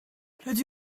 rydw